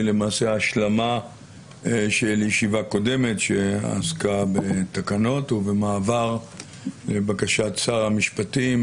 למעשה השלמה של ישיבה קודמת שעסקה בתקנות ובמעבר לבקשת שר המשפטים,